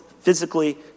physically